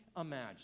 imagine